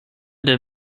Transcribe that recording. der